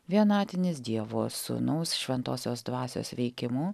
vienatinis dievo sūnaus šventosios dvasios veikimu